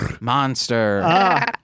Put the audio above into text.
Monster